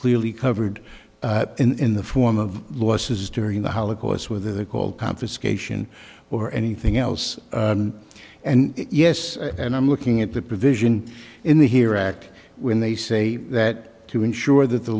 clearly covered in the form of losses during the holocaust where they're called confiscation or anything else and yes and i'm looking at the provision in the here act when they say that to ensure that the